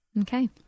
Okay